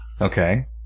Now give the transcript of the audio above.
Okay